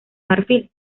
marfil